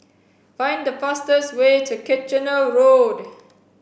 find the fastest way to Kitchener Road